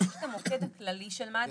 שמדובר במוקד כללי של מד"א,